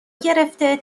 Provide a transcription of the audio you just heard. گرفته